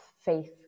faith